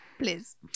please